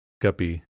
Guppy